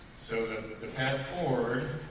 so the path forward